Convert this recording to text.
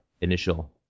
initial